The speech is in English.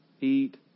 Eat